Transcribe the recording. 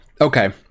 Okay